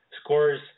scores